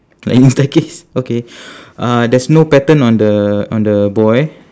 lightning staircase okay uh there's no pattern on the on the boy